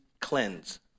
cleanse